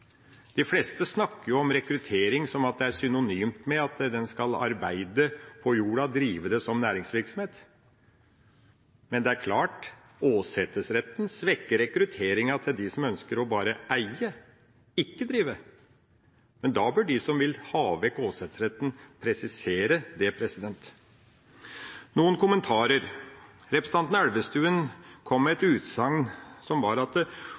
De fleste snakker om rekruttering som synonymt med at en skal arbeide på jorda, drive det som næringsvirksomhet. Men det er klart at åsetesretten svekker rekrutteringa til dem som bare ønsker å eie, ikke drive. Men da bør de som vil ha vekk åsetesretten, presisere det. Jeg har noen kommentarer: Representanten Elvestuen kom med et utsagn om at odelsretten betyr at eiendom må gå i arv. Det